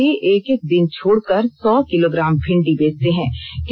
खेत से ही एक एक दिन छोड़कर सौ किलोग्राम भिंडी बेचते हैं